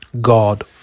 God